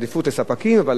שלפעמים זה כל כספו,